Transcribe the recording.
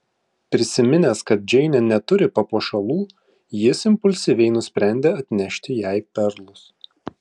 prisiminęs kad džeinė neturi papuošalų jis impulsyviai nusprendė atnešti jai perlus